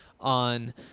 on